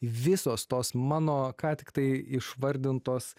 visos tos mano ką tik tai išvardintos